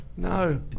No